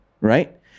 right